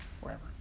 wherever